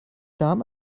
darm